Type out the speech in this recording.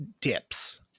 dips